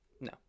no